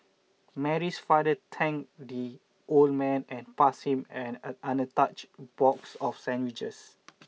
Mary's father thanked the old man and passed him an untouched box of sandwiches